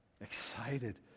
excited